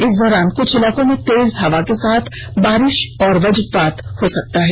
इस दौरान कुछ इलाकों में तेज हवा के साथ बारिश और वज्रपात हो सकती है